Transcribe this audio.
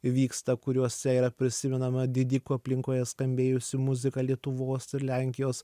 vyksta kuriuose yra prisimenama didikų aplinkoje skambėjusi muzika lietuvos lenkijos